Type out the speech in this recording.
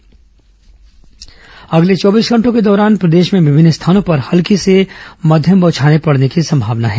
मौसम अगले चौबीस घाटों के दौरान प्रदेश में विभिन्न स्थानों पर हलकी से मध्यम बौछारे पड़ने की सम्मावना है